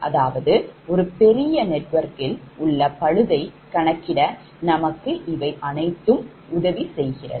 அதாவது ஒரு பெரிய நெட்வொர்க்கில் உள்ள பழுதை கணக்கிட நமக்கு இவை அனைத்தும் உதவி செய்கிறது